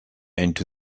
into